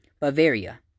Bavaria